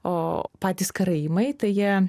o patys karaimai tai jie